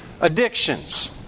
addictions